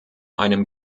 einem